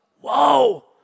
Whoa